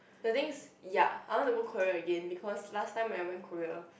the things ya I want to go Korea again because last time I went Korea